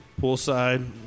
poolside